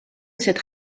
cette